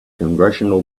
congressional